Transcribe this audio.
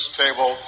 table